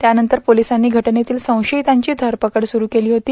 त्यानंतर पोलिसांनी घटनेतील संत्रयितांची धरपकड सुरू केली होती